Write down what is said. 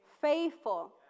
faithful